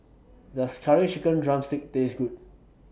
Does Curry Chicken Drumstick Taste Good